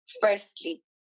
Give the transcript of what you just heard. firstly